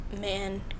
man